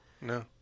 no